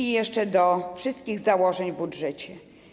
I jeszcze do wszystkich założeń w budżecie.